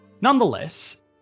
Nonetheless